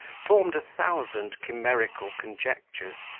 formed a thousand chimerical conjectures,